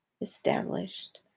established